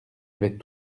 avait